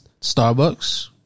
Starbucks